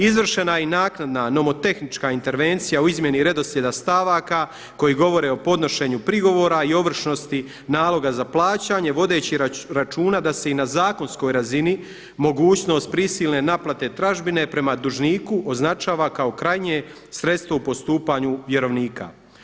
Izvršena je i naknadna nomotehnička intervencija u izmjeni redoslijeda stavaka koji govore o podnošenju prigovora i ovršnosti naloga za plaćanje, vodeći računa da se i na zakonskoj razini mogućnost prisilne naplate tražbine prema dužniku označava kao krajnje sredstvo u postupanju vjerovnika.